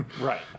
Right